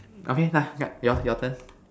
okay lah yup yours your turn